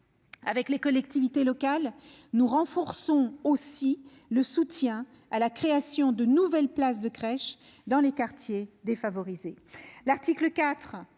avec les collectivités territoriales, le soutien à la création de nouvelles places de crèches dans les quartiers défavorisés.